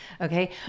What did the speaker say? Okay